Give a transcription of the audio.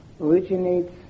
originates